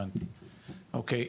הבנתי, אוקיי.